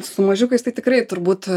su mažiukais tai tikrai turbūt